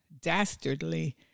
dastardly